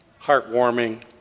heartwarming